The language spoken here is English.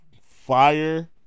fire